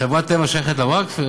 חברת טבע שייכת לווקף?